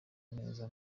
neza